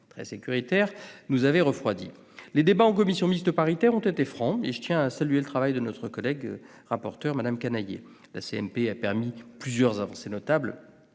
très sécuritaire, nous avaient refroidis. Les débats en commission mixte paritaire ont été francs et je tiens à saluer le travail de notre collègue rapporteur Mme Canayer. La commission mixte paritaire a permis plusieurs avancées notables